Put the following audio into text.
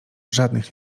żadnych